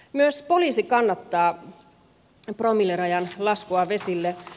myös poliisi kannattaa promillerajan laskua vesille